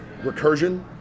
recursion